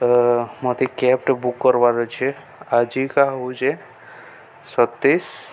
ଅ ମୋତେ କ୍ୟାବ୍ଟେ ବୁକ୍ କର୍ବାରଛେ ଆଜିକା ହଉଚେ ସତେଇଶ